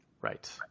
Right